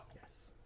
yes